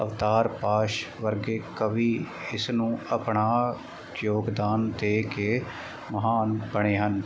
ਅਵਤਾਰ ਪਾਸ਼ ਵਰਗੇ ਕਵੀ ਇਸ ਨੂੰ ਅਪਣਾ ਯੋਗਦਾਨ ਦੇ ਕੇ ਮਹਾਨ ਬਣੇ ਹਨ